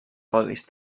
codis